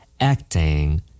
acting